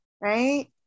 right